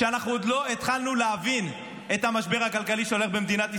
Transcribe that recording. שאנחנו עוד לא התחלנו להבין את המשבר הכלכלי שהולך במדינת ישראל.